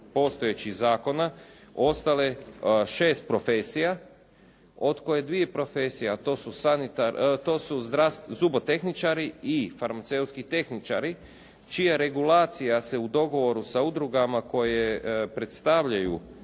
postojećih zakona ostale 6 profesija, od koje 2 profesije, a to su zubotehničari i farmaceutski tehničari čija regulacija se u dogovoru sa udrugama koje predstavljaju